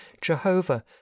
jehovah